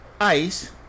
ICE